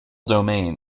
domain